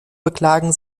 beklagen